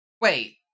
Wait